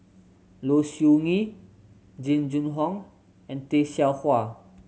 Low Siew Nghee Jing Jun Hong and Tay Seow Huah